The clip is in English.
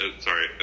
sorry